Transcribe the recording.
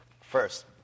first